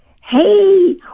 Hey